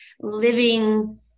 living